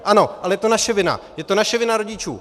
Ano, ale je to naše vina, je to naše vina rodičů!